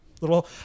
little